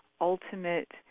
ultimate